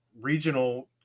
regional